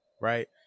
right